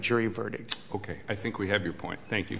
jury verdict ok i think we have your point thank you